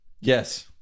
Yes